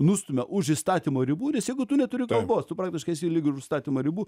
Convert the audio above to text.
nustumia už įstatymo ribų nes jeigu tu neturi kalbos tu praktiškai esi lyg ir įstatymo ribų